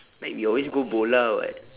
like we always go bola [what]